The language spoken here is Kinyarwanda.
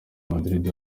madrid